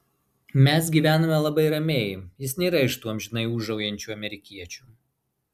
mes gyvename labai ramiai jis nėra iš tų amžinai ūžaujančių amerikiečių